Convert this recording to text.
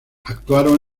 actuaron